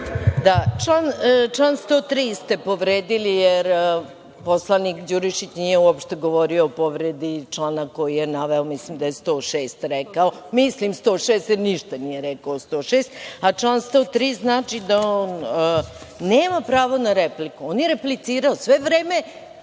Član 103. ste povredili, jer poslanik Đurišić nije uopšte govorio o povredi člana koji je naveo, mislim da je 106. rekao, mislim 106, ništa nije rekao o 106, a član 103. znači da on nema pravo na repliku. On je replicirao, sve vreme